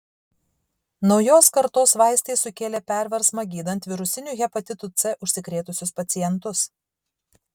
naujos kartos vaistai sukėlė perversmą gydant virusiniu hepatitu c užsikrėtusius pacientus